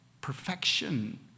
perfection